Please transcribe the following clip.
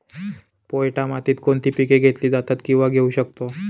पोयटा मातीत कोणती पिके घेतली जातात, किंवा घेऊ शकतो?